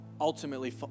ultimately